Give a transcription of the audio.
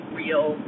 real